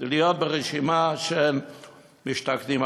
להיות ברשימה של משתכנים,